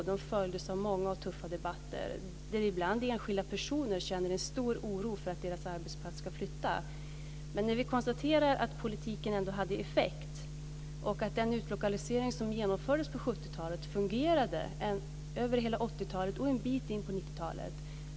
De följdes av många och tuffa debatter där enskilda personer ibland kände en stor oro för att deras arbetsplats skulle flytta. Men vi kan ändå konstatera att politiken hade effekt. Den utlokalisering som genomfördes på 70-talet fungerade över hela 80-talet och en bit in på 90-talet.